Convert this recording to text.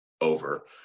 over